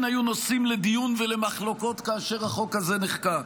היו נושאים לדיון ולמחלוקות כאשר החוק הזה נחקק.